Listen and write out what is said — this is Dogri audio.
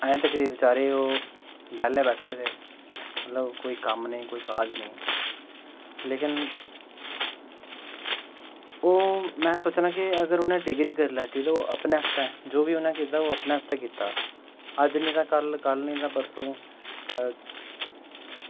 अल्ली तगर बेचारे ओह् बेह्ले बैठे दे मतलब कोई कम्म निं कोई काज़ निं लेकिन ओह् में सोचा ना कि अगर उनें डिग्री करी लैती ते ओह् अपने आस्तै जो बी उनें कीता अपने आस्तै कीता अज्ज निं तां कल्ल कल्ल निं तां परसों